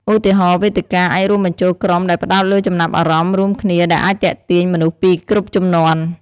ឧទាហរណ៍ វេទិកាអាចរួមបញ្ចូលក្រុមដែលផ្តោតលើចំណាប់អារម្មណ៍រួមគ្នាដែលអាចទាក់ទាញមនុស្សពីគ្រប់ជំនាន់។